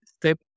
step